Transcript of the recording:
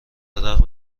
رغم